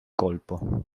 colpo